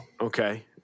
Okay